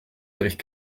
bericht